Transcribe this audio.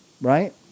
right